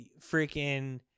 freaking